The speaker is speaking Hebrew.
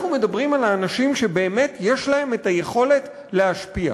אנחנו מדברים על האנשים שבאמת יש להם היכולת להשפיע.